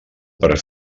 per